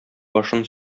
башын